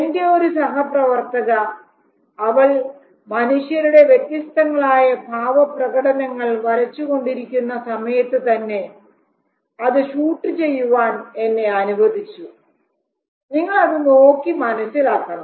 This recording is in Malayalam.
എൻറെ ഒരു സഹപ്രവർത്തക അവൾ മനുഷ്യരുടെ വ്യത്യസ്തങ്ങളായ ഭാവപ്രകടനങ്ങൾ വരച്ചു കൊണ്ടിരിക്കുന്ന സമയത്ത് തന്നെ അത് ഷൂട്ട് ചെയ്യുവാൻ എന്നെ അനുവദിച്ചു നിങ്ങൾ അതു നോക്കി മനസ്സിലാക്കണം